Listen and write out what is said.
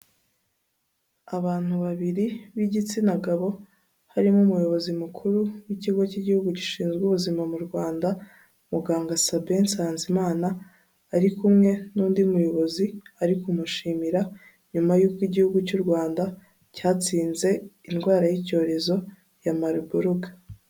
Abantu babiri b'igitsina gabo harimo umuyobozi mukuru w'ikigo cy'igihugu gishinzwe ubuzima mu Rwanda, muganga Sabin Nsanzimana ari kumwe n'undi muyobozi ari kumushimira nyuma y'uko igihugu cy'u Rwanda cyatsinze indwara y'icyorezo ya mariboruge.